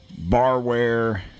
barware